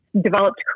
developed